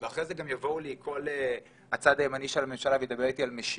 אחרי זה גם יבואו לי כל הצד הימני של הממשלה וידבר איתי על משילות.